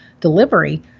delivery